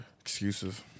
Excuses